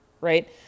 right